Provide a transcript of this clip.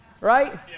right